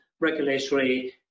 regulatory